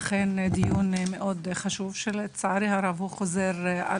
אכן מדובר בדיון מאוד חשוב שלצערי הרב חוזר על